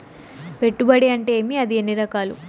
పెట్టుబడి అంటే ఏమి అది ఎన్ని రకాలు